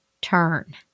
turn